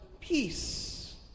peace